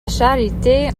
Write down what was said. charité